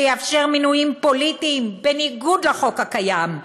שיאפשר מינויים פוליטיים, בניגוד לחוק הקיים,